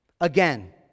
again